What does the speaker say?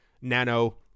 Nano